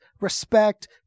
respect